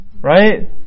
Right